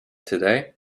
today